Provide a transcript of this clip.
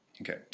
okay